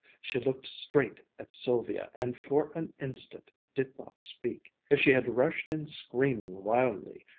she looked straight at sylvia, and for an instant did not speak. if she had rushed in screaming wildly,